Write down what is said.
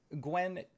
Gwen